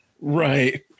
right